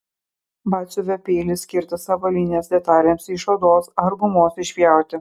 batsiuvio peilis skirtas avalynės detalėms iš odos ar gumos išpjauti